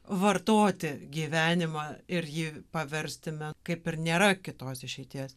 vartoti gyvenimą ir jį paversti me kaip ir nėra kitos išeities